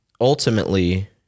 ultimately